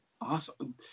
Awesome